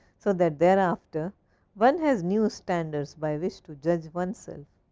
so that thereafter one has new standards by which to judge oneself.